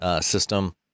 system